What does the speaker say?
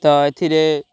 ତ ଏଥିରେ